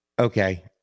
Okay